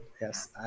Yes